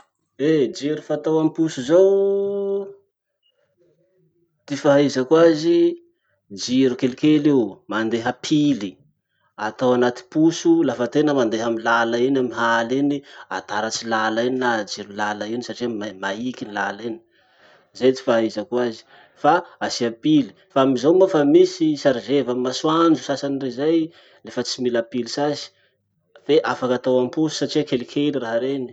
Eh jiro fatao amposo zao, ty fahaizako azy, jiro kelikely io, mandeha pily. Atao anaty poso lafa tena mandeha amy lala iny amy haly iny, ataratsy lala iny na ajiro lala iny satria mai- maiky lala iny. Zay ty fahaizako azy. Fa asia pily. Fa amizao moa fa misy sarizeva amy masoandro sasany rey zay, lefa tsy mila pily sasy. Fe afaky atao amposo satria kelikely raha reny.